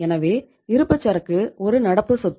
எனவே இருப்புச்சரக்கு ஒரு நடப்பு சொத்து